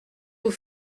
vous